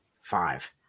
five